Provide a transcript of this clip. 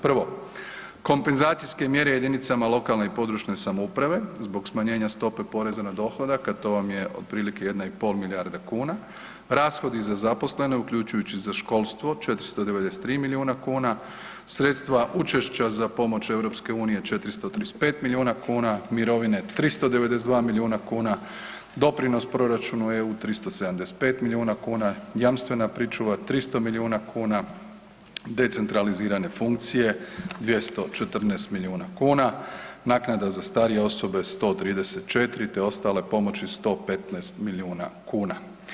Prvo, kompenzacijske mjere jedinicama lokalne i područne samouprave zbog smanjenja stope poreza na dohodak, a to vam je otprilike 1,5 milijarda kuna, rashodi za zaposlene uključujući za školstvo 493 milijuna kuna, sredstva učešća za pomoć EU 435 milijuna kuna, mirovine 392 milijuna kuna, doprinos proračunu EU 375 milijuna kuna, jamstvena pričuva 300 milijuna kuna, decentralizirane funkcije 214 milijuna kuna, naknada za starije osobe 134 te ostale pomoći 115 milijuna kuna.